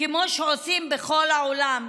כמו שעושים בכל העולם,